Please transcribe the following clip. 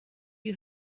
you